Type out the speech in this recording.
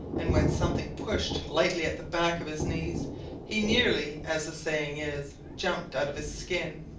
and when something pushed lightly at the back of his knees he nearly, as the saying is, jumped out of his skin.